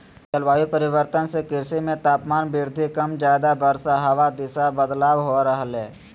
जलवायु परिवर्तन से कृषि मे तापमान वृद्धि कम ज्यादा वर्षा हवा दिशा बदलाव हो रहले